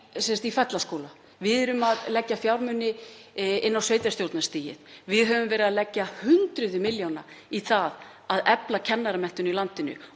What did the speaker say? í Fellaskóla, við erum að leggja fjármuni inn á sveitarstjórnarstigið, við höfum verið að leggja hundruð milljóna í það að efla kennaramenntun í landinu.